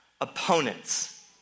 opponents